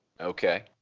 Okay